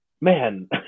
man